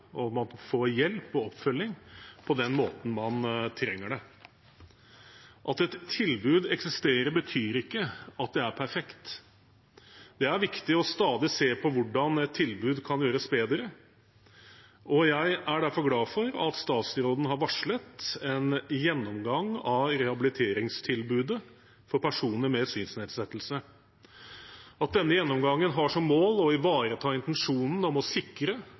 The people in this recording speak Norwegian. og at man får hjelp og oppfølging på den måten man trenger det. At et tilbud eksisterer, betyr ikke at det er perfekt. Det er viktig å stadig se på hvordan et tilbud kan gjøres bedre, og jeg er derfor glad for at statsråden har varslet en gjennomgang av rehabiliteringstilbudet for personer med synsnedsettelse. At denne gjennomgangen har som mål å ivareta intensjonen om å sikre